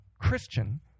Christian